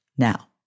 Now